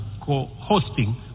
co-hosting